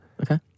Okay